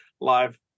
live